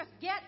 get